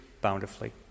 bountifully